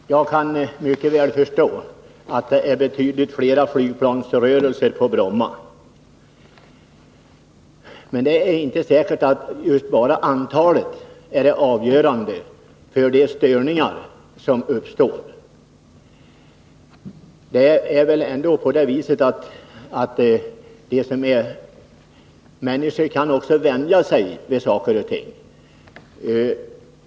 Fru talman! Jag kan mycket väl förstå att det är betydligt flera flygplansrörelser på Bromma. Men det är inte säkert att just antalet är det avgörande för de störningar som uppstår. Människor kan också vänja sig vid saker och ting.